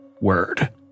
Word